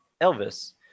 Elvis